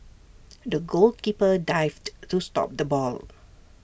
the goalkeeper dived to stop the ball